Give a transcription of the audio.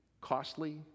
costly